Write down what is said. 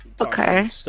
Okay